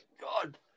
God